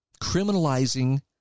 Criminalizing